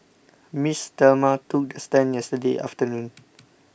Miss Thelma took the stand yesterday afternoon